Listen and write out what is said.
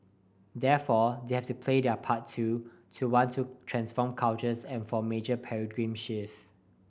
therefore they have to play their part too to want to transform cultures and for a major paradigm shift